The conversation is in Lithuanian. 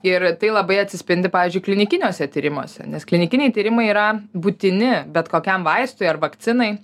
ir tai labai atsispindi pavyzdžiui klinikiniuose tyrimuose nes klinikiniai tyrimai yra būtini bet kokiam vaistui ar vakcinai